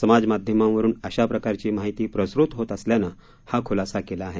समाज माध्यमांवरुन असा प्रकारची माहिती प्रसृत होत असल्यानं हा खुलासा केला आहे